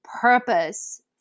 purpose